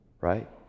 Right